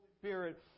Spirit